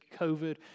COVID